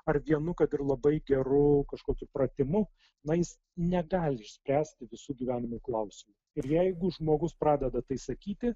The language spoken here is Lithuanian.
ar vienu kad ir labai geru kažkokiu pratimu na jis negali išspręsti visų gyvenimo klausimų ir jeigu žmogus pradeda tai sakyti